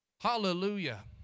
Hallelujah